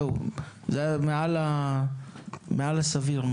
זה מעל הסביר.